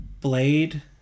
Blade